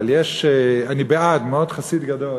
אבל אני בעד, חסיד מאוד גדול